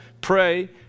pray